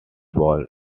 ball